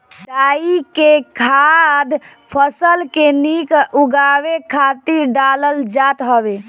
डाई के खाद फसल के निक उगावे खातिर डालल जात हवे